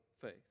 faith